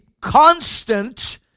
constant